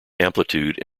amplitude